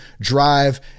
drive